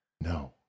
No